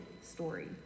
story